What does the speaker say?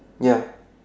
ya